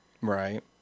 Right